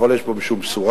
אבל יש בו משום בשורה.